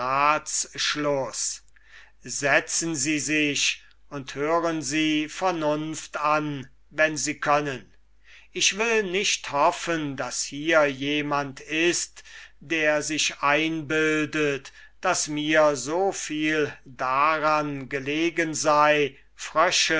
setzen sie sich und hören sie vernunft an wenn sie können ich will nicht hoffen daß hier jemand ist der sich einbildet daß mir so viel daran gelegen sei